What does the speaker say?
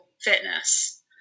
fitness